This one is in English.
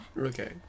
Okay